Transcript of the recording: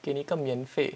给你一个免费